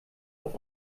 auf